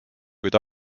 kuid